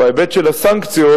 בהיבט של הסנקציות,